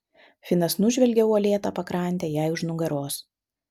finas nužvelgė uolėtą pakrantę jai už nugaros